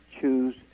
choose